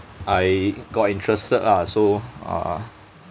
I got interested lah so uh